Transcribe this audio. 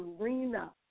arena